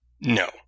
No